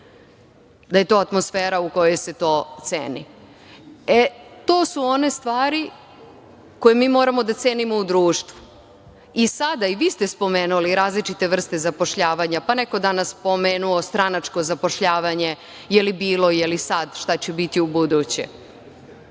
da je to atmosfera u kojoj se to ceni. To su one stvari koje mi moramo da cenimo u društvu. I vi ste spomenuli različite vrste zapošljavanja, pa je neko danas spomenuo stranačko zapošljavanje, je li bilo, je li sad, šta će biti ubuduće. Kada